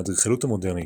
האדריכלות המודרנית,